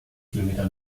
kilometer